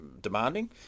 demanding